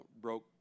broke